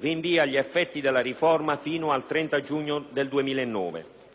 rinvia gli effetti della riforma fino al 30 giugno 2009. In pratica, resta tutto com'era.